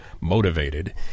motivated